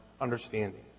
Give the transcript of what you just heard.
understanding